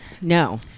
No